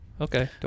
okay